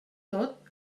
tot